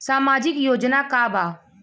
सामाजिक योजना का बा?